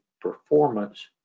performance